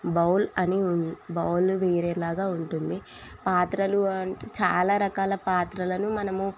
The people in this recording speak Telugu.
బౌల్ అని బౌలు వేరేలాగా ఉంటుంది పాత్రలు అంటే చాలా రకాల పాత్రలను మనము